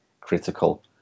critical